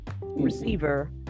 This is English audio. Receiver